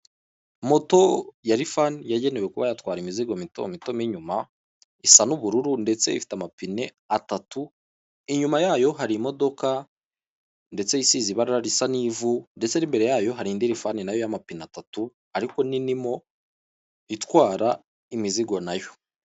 Moto ya rifani yagenewe kuba yatwara imizigo mitomito mo inyuma, isa n'ubururu ndetse ifite amapine atatu, inyuma yayo hari imodoka ndetse isize ibara risa n'ivu ndetse imbere yayo hari indi rifani nayo y'amapine atatu ariko nini mo, itwara imizigo nayo.